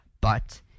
But